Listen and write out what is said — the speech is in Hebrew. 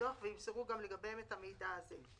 בדוח וימסרו גם לגביהם את המידע הזה .